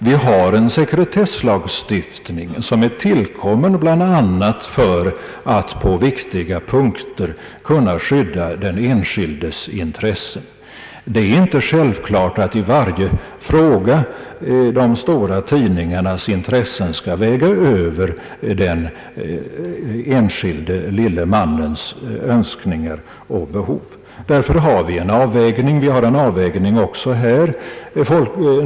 Vi har en sekretesslagstiftning som är tillkommen bland annat för att på viktiga punkter kunna skydda den enskildes intressen. Det är inte självklart att i varje fråga de stora tidningarnas intressen skall väga över den enskilde lille mannens Önskningar och behov. Därför har vi en avvägning. Vi har en sådan också i detta fall.